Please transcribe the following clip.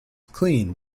clean